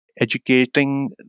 Educating